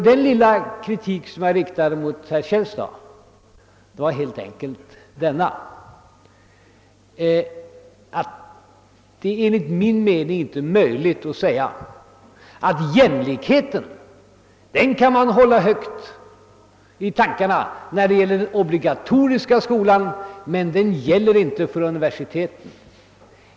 Den lilla kritik som jag riktade mot herr Källstad var nämligen helt enkelt den, att det enligt min mening inte är möjligt att hålla jämlikheten högt i tankarna när det gäller den obligatoriska skolan men inte när det gäller universiteten.